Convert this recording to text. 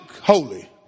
holy